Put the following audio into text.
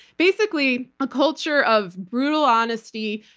basically, a culture of brutal honesty,